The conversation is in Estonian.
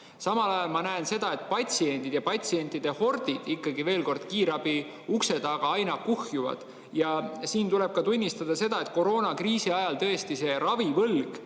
Samal ajal ma näen seda, et patsientide hordid ikkagi, veel kord, kiirabi ukse taga aina kuhjuvad. Siin tuleb tunnistada seda, et koroonakriisi ajal tõesti see ravivõlg